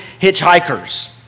hitchhikers